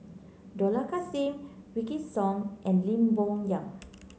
Dollah Kassim Wykidd Song and Lim Bo Yam